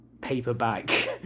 paperback